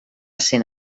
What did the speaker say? sent